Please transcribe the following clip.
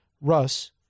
Russ